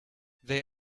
they